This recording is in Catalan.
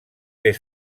ser